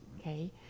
okay